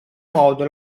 modo